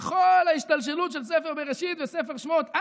לכל ההשתלשלות של ספר בראשית וספר שמות,